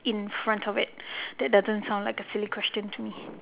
in front of it that doesn't sound like a silly question to me